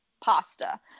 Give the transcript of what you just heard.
pasta